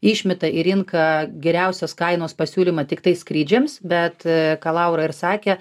išmeta į rinką geriausios kainos pasiūlymą tiktai skrydžiams bet ką laura ir sakė